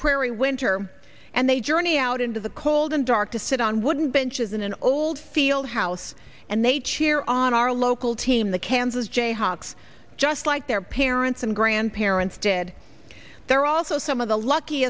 prairie winter and they journey out into the cold and dark to sit on wooden benches in an old field house and they cheer on our local team the kansas jayhawks just like their parents and grandparents dead there are also some of the luck